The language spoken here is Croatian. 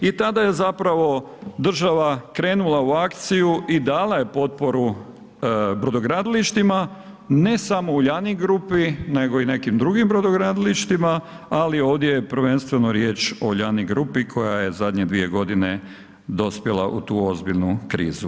I tada je zapravo država krenula u akciju i dala je potporu brodogradilištima ne samo Uljanik grupi nego i nekim drugim brodogradilištima, ali ovdje je prvenstveno riječ o Uljanik grupi koja je zadnje dvije godine dospjela u tu ozbiljnu krizu.